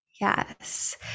Yes